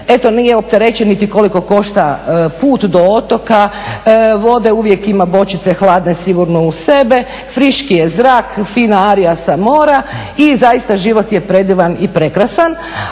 eto nije opterećen niti koliko košta put do otoka, vode uvijek ima bočice hladne sigurno uz sebe. Friški je zrak, fina arija sa mora i zaista život je predivan i prekrasan.